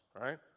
right